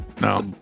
No